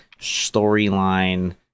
storyline